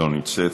לא נמצאת.